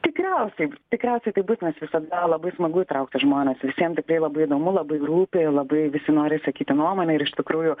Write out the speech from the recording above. tikriausiai tikriausiai taip bus nes visada labai smagu įtraukti žmones visiem tikrai labai įdomu labai rūpi labai visi nori sakyti nuomonę ir iš tikrųjų